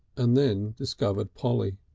and then discovered polly.